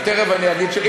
אז תכף אני אגיד.